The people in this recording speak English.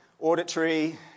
auditory